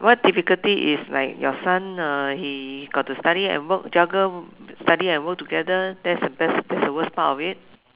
what difficulty is like your son uh he got to study and work juggle study and work together that's that's that's the worst part of it